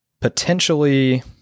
potentially